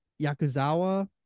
Yakuzawa